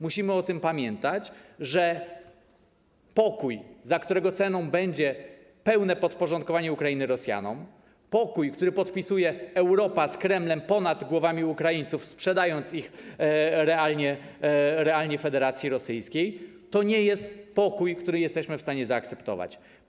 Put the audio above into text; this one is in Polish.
Musimy pamiętać, że pokój, którego ceną będzie pełne podporządkowanie Ukrainy Rosjanom, pokój, który podpisuje Europa z Kremlem ponad głowami Ukraińców, sprzedając ich realnie Federacji Rosyjskiej, to nie jest pokój, który jesteśmy w stanie zaakceptować.